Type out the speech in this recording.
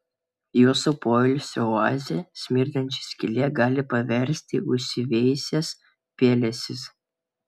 jūsų poilsio oazę smirdančia skyle gali paversti užsiveisęs pelėsis